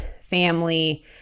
family